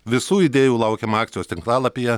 visų idėjų laukiam akcijos tinklalapyje